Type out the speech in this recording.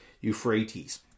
Euphrates